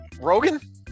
Rogan